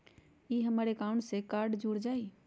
ई हमर अकाउंट से कार्ड जुर जाई?